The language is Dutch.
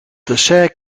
dessert